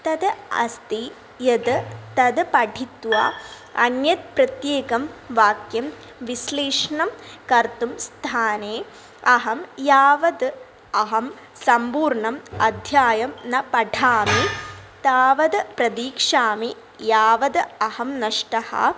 तत् अस्ति यत् तत् पठित्वा अन्यत् प्रत्येकं वाक्यं विश्लेषणं कर्तुं स्थाने अहं यात्द् अहं सम्पूर्णम् अध्यायं न पठामि तावत् प्रतीक्षामि यावत् अहं नष्टः